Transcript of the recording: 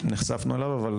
שנחשפנו אליו, אבל